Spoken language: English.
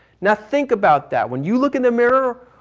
now think about that. when you look in the mirror,